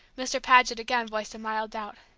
mr. paget again voiced a mild doubt.